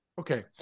okay